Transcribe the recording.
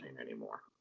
anymore